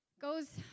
Goes